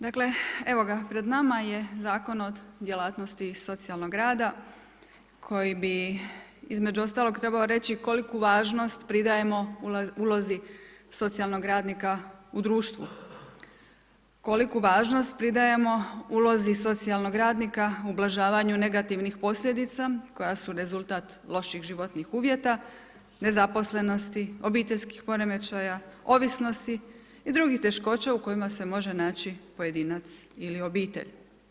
Dakle, pred nama je zakon o djelatnosti i socijalnog rada, koji bi između ostalog trebao reći koliku važnost, pridajemo ulozi socijalnog radnika u društvu, koliku važnost pridajemo u ulozi socijalnog radnika ublažavanja negativnih posljedica koja su rezultat loših životnih uvjeta nezaposlenosti, obiteljskih poremećaja, ovisnosti i drugih teškoća u kojima se može naći pojedinac ili obitelj.